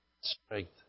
strength